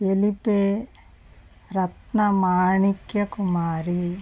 Elipe Ratna Manikya Kumari